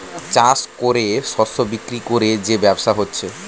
চাষ কোরে শস্য বিক্রি কোরে যে ব্যবসা হচ্ছে